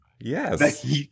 Yes